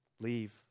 Leave